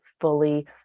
fully